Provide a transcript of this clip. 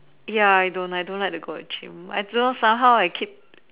ya I don't I don't like to go to gym I don't know somehow I keep